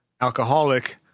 alcoholic